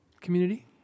community